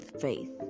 faith